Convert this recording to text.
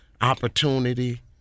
opportunity